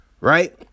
Right